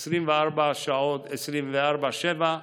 24 שעות, 24/7,